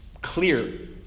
clear